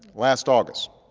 last august,